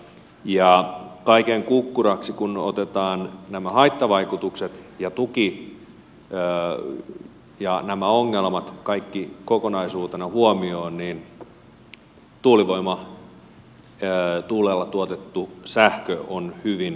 ja kaiken kukkuraksi kun otetaan nämä haittavaikutukset ja tuki ja nämä ongelmat kaikki kokonaisuutena huomioon niin tuulivoima tuulella tuotettu sähkö on hyvin kallista